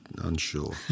unsure